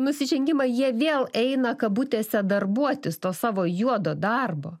nusižengimą jie vėl eina kabutėse darbuotis to savo juodo darbo